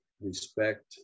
respect